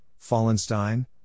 Fallenstein